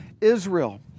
Israel